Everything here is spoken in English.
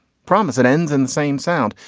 promise and ends in the same sound.